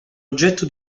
oggetto